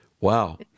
Wow